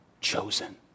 chosen